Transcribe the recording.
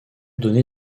donné